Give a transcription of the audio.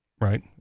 right